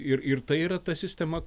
ir ir tai yra ta sistema